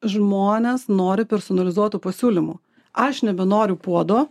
žmonės nori personalizuotų pasiūlymų aš nebenoriu puodo